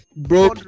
bro